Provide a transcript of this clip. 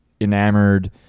enamored